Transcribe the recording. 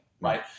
right